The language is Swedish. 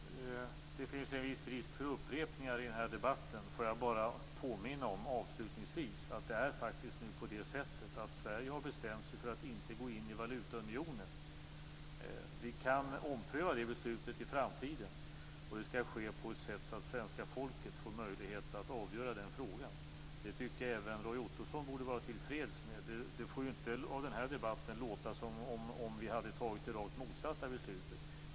Fru talman! Det finns en viss risk för upprepningar i den här debatten. Jag vill bara avslutningsvis påminna om att det är faktiskt på det sättet att Sverige har bestämt sig för att inte gå in i valutaunionen. Vi kan ompröva det beslutet i framtiden, men det skall ske på ett sådant sätt att det svenska folket får möjlighet att avgöra den frågan. Det tycker jag att även Roy Ottosson borde vara till freds med. Det får inte av den här debatten låta som att vi hade fattat det motsatta beslutet.